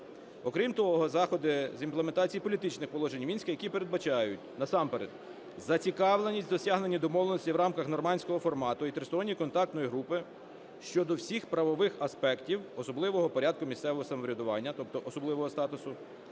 Окрім того, заходи з імплементації політичних положень у Мінську, які передбачають, насамперед, зацікавленість досягнення домовленостей в рамках "нормандського формату" і Тристоронньої контактної групи щодо всіх правових аспектів особливого порядку місцевого самоврядування, тобто особливого статусу,